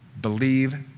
Believe